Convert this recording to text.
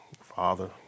Father